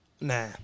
Nah